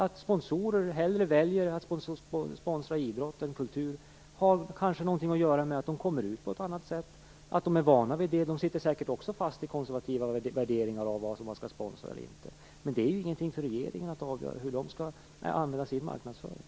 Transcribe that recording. Att sponsorer hellre väljer att sponsra idrott än kultur har kanske att göra med att de kommer ut på ett annat sätt eller att de är vana vid det. De sitter säkert också fast i konservativa värderingar av vad man skall sponsra och inte sponsra. Men det är inte regeringens uppgift att avgöra hur de skall använda sin marknadsföring.